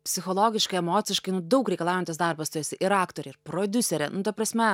psichologiškai emociškai nu daug reikalaujantis darbas tu esi ir aktorė ir prodiuserė nu ta prasme